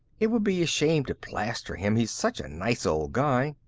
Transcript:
it would be a shame to plaster him he's such a nice old guy.